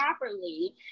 properly